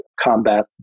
combat